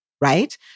right